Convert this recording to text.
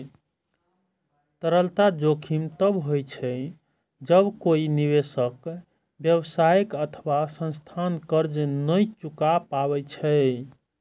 तरलता जोखिम तब होइ छै, जब कोइ निवेशक, व्यवसाय अथवा संस्थान कर्ज नै चुका पाबै छै